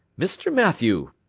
mr. mathew,